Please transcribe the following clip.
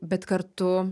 bet kartu